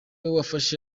yafashe